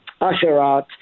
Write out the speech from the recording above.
Asherat